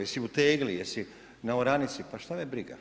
Jesi u tegli, jesi na oranici, pa što me briga.